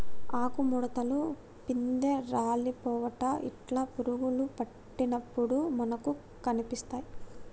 ఆకు ముడుతలు, పిందె రాలిపోవుట ఇట్లా పురుగులు పట్టినప్పుడు మనకు కనిపిస్తాయ్